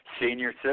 senior